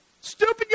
Stupid